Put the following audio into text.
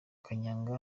kanyanga